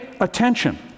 attention